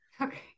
Okay